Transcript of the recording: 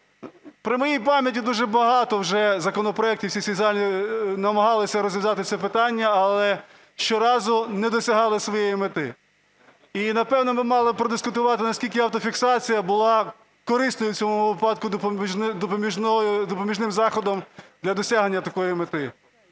При моїй пам'яті дуже багато вже законопроектів в цій залі намагались розв'язати це питання, але щоразу не досягали своєї мети. І, напевно, ми мали продискутувати, наскільки автофіксація була корисним в цьому випадку допоміжним заходом для досягнення такої мети.